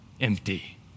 Empty